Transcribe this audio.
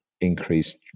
increased